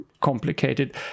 complicated